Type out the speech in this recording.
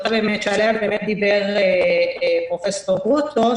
שעליה באמת דיבר פרופסור גרוטו,